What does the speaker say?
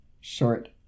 short